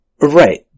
Right